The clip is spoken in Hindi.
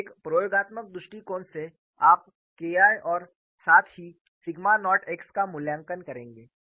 तो एक प्रयोगात्मक दृष्टिकोण से आप K I और साथ ही सिग्मा नॉट x का मूल्यांकन करेंगे